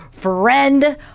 Friend